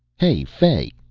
hey, fay,